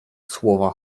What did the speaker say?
słowa